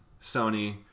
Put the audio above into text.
sony